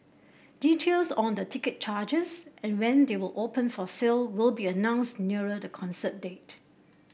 details on the ticket charges and when they will open for sale will be announced nearer the concert date